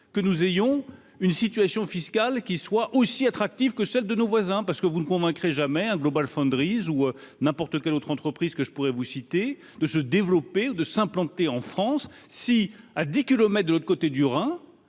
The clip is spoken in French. que nous ayons une situation fiscale qui soient aussi attractive que celle de nos voisins parce que vous le convaincrai jamais, hein GlobalFoundries ou n'importe quelle autre entreprise que je pourrais vous citer de se développer, de s'implanter en France si, à 10 kilomètres de l'autre côté du Rhin